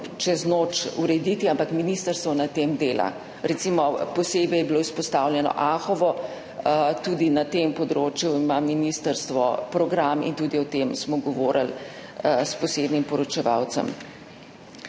čez noč urediti, ampak ministrstvo na tem dela. Posebej je bilo izpostavljeno recimo Anhovo. Tudi na tem področju ima ministrstvo program in tudi o tem smo govorili s posebnim poročevalcem.